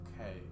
Okay